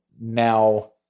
now